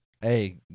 Hey